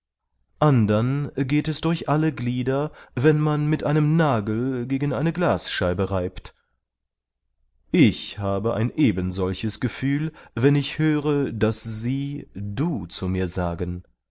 andern geht es durch alle glieder wenn man mit einem nagel gegen eine glasscheibe reibt ich habe ein eben solches gefühl wenn ich höre daß sie du zu mir sagen